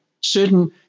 certain